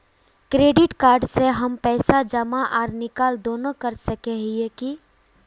Credit card से हम पैसा जमा आर निकाल दोनों कर सके हिये की?